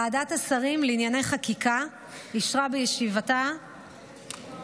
ועדת השרים לענייני חקיקה אישרה בישיבתה את